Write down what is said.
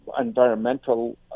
environmental